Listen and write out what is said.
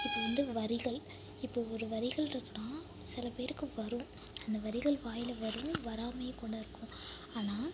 இப்போ வந்து வரிகள் இப்போ ஒரு வரிகள் இருக்குன்னா சில பேருக்கு வரும் அந்த வரிகள் வாயில் வரும் வராமலும் கூட இருக்கும் ஆனால்